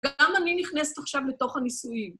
גם אני נכנסת עכשיו לתוך הניסויים.